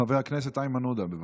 חבר הכנסת איימן עודה, בבקשה.